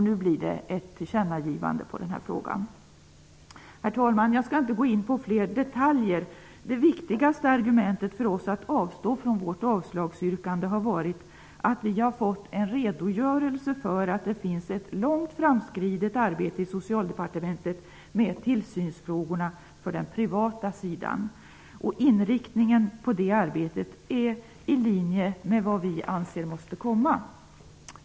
Nu blir det ett tillkännagivande i denna fråga. Herr talman! Jag skall inte gå in på fler detaljer. Det viktigaste argumentet för oss att avstå från vårt avslagsyrkande har varit att vi har fått en redogörelse för att det finns ett långt framskridet arbete i Socialdepartementet med tillsynsfrågorna för den privata sjukvården. Inriktningen på detta arbete är i linje med vad vi anser behövs.